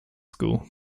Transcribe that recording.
school